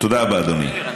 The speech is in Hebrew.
תודה רבה, אדוני.